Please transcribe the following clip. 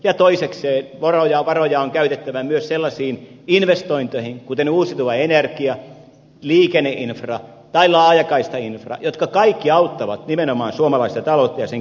ja toisekseen varoja on käytettävä myös sellaisiin investointeihin kuin uusiutuva energia liikenneinfra tai laajakaistainfra jotka kaikki auttavat nimenomaan suomalaista taloutta ja sen kilpailukykyä